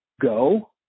go